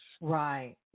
right